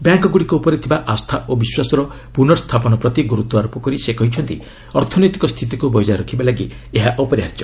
ବ୍ୟାଙ୍କଗୁଡ଼ିକ ଉପରେ ଥିବା ଆସ୍ଥା ଓ ବିଶ୍ୱାସର ପୁର୍ନସ୍ଥାପନ ପ୍ରତି ଗୁରୁତ୍ୱାରୋପ କରି ସେ କହିଛନ୍ତି ଅର୍ଥନୈତିକ ସ୍ଥିତିକୁ ବଜାୟ ରଖିବା ଲାଗି ଏହା ଅପରିହାର୍ଯ୍ୟ